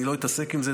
אני לא אתעסק עם זה,